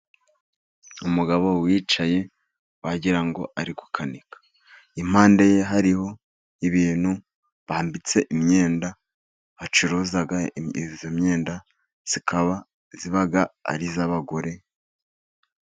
Umugabo wicaye wagira ngo ari gukanika, impande ye hariho ibintu bambitse imyenda bacuruza, iyo myenda ikaba ari iy'abagore.